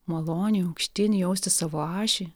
maloniai aukštyn jausti savo ašį